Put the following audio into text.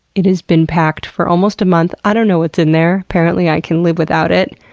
it has been packed for almost a month. i don't know what's in there. apparently i can live without it.